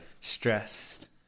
stressed